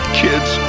kids